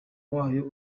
wayo